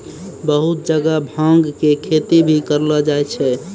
बहुत जगह भांग के खेती भी करलो जाय छै